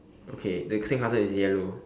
okay the sandcastle is yellow